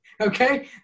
okay